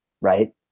right